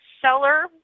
seller